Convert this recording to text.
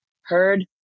heard